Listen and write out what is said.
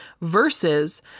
versus